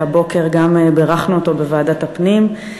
שהבוקר גם בירכנו אותו בוועדת הפנים.